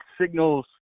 signals